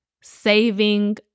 saving